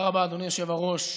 תודה רבה, אדוני היושב-ראש.